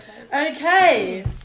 Okay